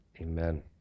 Amen